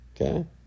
Okay